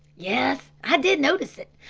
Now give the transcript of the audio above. yes, i did notice it,